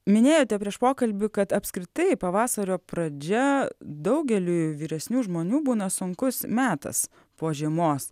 minėjote prieš pokalbį kad apskritai pavasario pradžia daugeliui vyresnių žmonių būna sunkus metas po žiemos